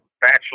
bachelor